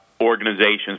organizations